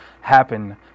happen